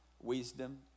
wisdom